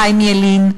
חייים ילין,